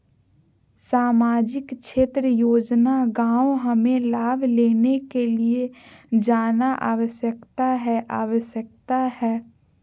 सामाजिक क्षेत्र योजना गांव हमें लाभ लेने के लिए जाना आवश्यकता है आवश्यकता है?